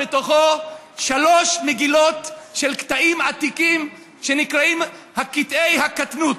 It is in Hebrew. בתוכו שלוש מגילות של קטעים עתיקים שנקראים "קטעי הקטנות".